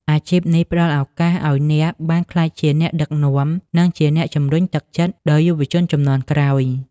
អាជីពនេះផ្តល់ឱកាសឱ្យអ្នកបានក្លាយជាអ្នកដឹកនាំ និងជាអ្នកជំរុញទឹកចិត្ត ដល់យុវជនជំនាន់ក្រោយ។